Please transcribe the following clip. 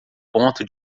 ponto